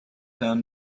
down